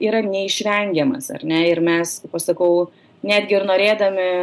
yra neišvengiamas ar ne ir mes kaip aš sakau netgi ir norėdami